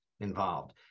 involved